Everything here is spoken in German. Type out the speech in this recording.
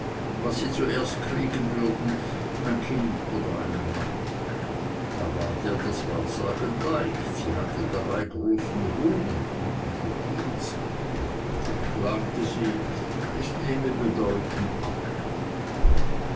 was sie zuerst kriegen würden ein kind oder einen mann da ward ihr das wahrsagen leicht sie hatte dabei großen ruhm und guten verdienst doch klagte sie es nehme bedeutend ab